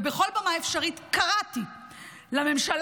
ובכל במה אפשרית קראתי לממשלה,